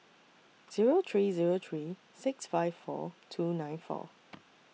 Zero three Zero three six five four two nine four